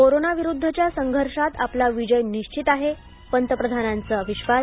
कोरोनाविरुद्धच्या संघर्षात आपला विजय निश्चित आहे पंतप्रधानांचा विश्वास